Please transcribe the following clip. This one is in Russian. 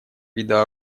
вида